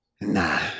nah